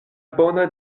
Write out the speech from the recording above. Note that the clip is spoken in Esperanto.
bona